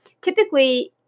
Typically